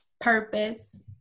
purpose